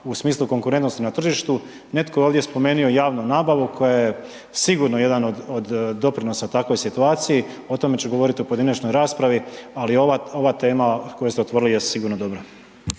u smislu konkurentnosti na tržištu. Netko je ovdje spomenuo javnu nabavu koja je sigurno jedan od doprinosa takvoj situaciji. O tome ću govorit u pojedinačnoj raspravi, ali ova tema koju ste otvorili je sigurno dobra.